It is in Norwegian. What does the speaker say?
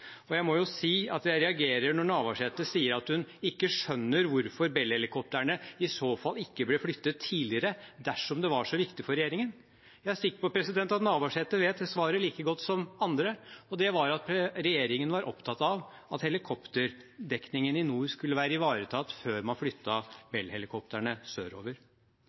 Og jeg må jo si at jeg reagerer når Navarsete sier at hun ikke skjønner hvorfor Bell-helikoptrene i så fall ikke ble flyttet tidligere dersom det var så viktig for regjeringen. Jeg er sikker på at Navarsete vet svaret like godt som andre, og det er at regjeringen var opptatt av at helikopterdekningen i nord skulle være ivaretatt før man flyttet Bell-helikoptrene sørover.